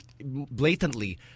blatantly